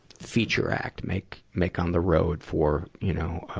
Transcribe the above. feature act make, make on the road for, you know, ah,